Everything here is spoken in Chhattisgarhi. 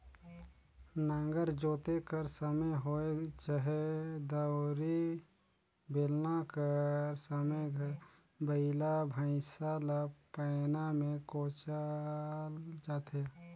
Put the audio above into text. नांगर जोते कर समे होए चहे दउंरी, बेलना कर समे बइला भइसा ल पैना मे कोचल जाथे